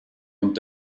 und